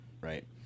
right